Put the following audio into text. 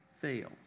fail